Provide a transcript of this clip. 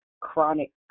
chronic